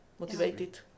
motivated